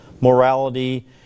morality